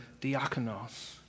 diakonos